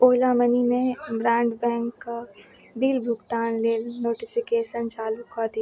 ओला मनीमे ब्रॉडबैंडके बिल भुगतान लेल नोटिफिकेशन चालू कऽ दियौ